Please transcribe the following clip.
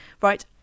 Right